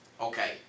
Okay